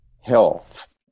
health